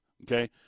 okay